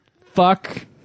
Fuck